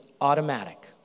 automatic